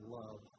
love